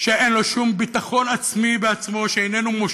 שאין לו שום ביטחון עצמי בעצמו,